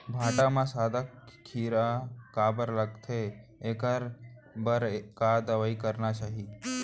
भांटा म सादा कीरा काबर लगथे एखर बर का दवई करना चाही?